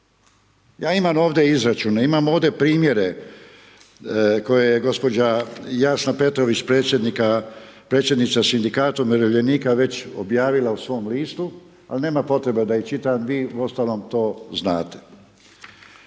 Ja imam ovdje izračune, imam ovdje primjedbe koje je gđa. Jasna Petrović, predsjednica Sindikata umirovljenika, već objavila u svom listu, ali nema potrebe da ih čitam, vi uostalom to znate.